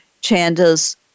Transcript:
Chanda's